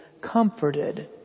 comforted